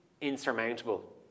insurmountable